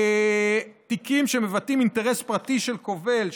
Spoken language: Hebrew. תיקים שמבטאים אינטרס פרטי של קובל,